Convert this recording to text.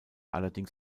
allerdings